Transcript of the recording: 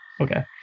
Okay